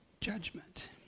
judgment